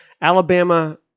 Alabama